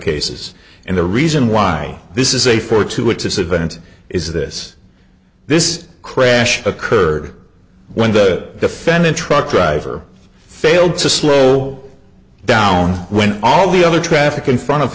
cases and the reason why this is a fortuitous event is this this crash occurred when the defendant truck driver failed to slow down when all the other traffic in front of